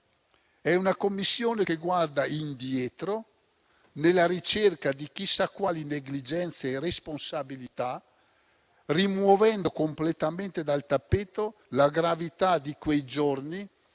È una Commissione che guarda indietro, alla ricerca di chissà quali negligenze e responsabilità, rimuovendo completamente dal tappeto la gravità di quei giorni,